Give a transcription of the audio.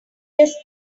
does